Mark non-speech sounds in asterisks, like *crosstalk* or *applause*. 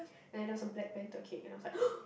and then there was a Black-Panther cake and I was like *noise*